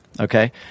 okay